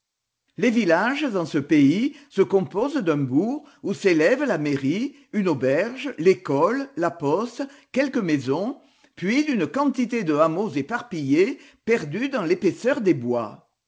les villages en ce pays se composent d'un bourg où s'élèvent la mairie une auberge l'école la poste quelques maisons puis d'une quantité de hameaux éparpillés perdus dans l'épaisseur des bois